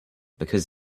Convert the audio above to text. because